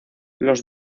los